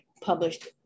published